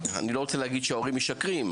אני לא רוצה להגיד שההורים משקרים,